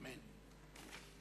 אמן.